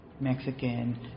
Mexican